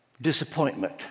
disappointment